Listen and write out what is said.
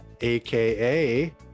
AKA